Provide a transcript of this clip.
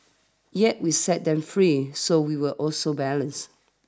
yet we set them free so we were also balanced